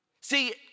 See